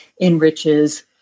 enriches